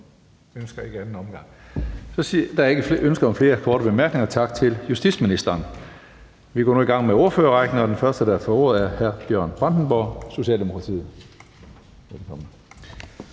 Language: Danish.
Nej. Der er ikke flere ønsker om korte bemærkninger. Tak til justitsministeren. Vi går nu i gang med ordførerrækken, og den første, der får ordet, er hr. Bjørn Brandenborg, Socialdemokratiet. Kl.